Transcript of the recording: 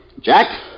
Jack